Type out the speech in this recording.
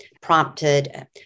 prompted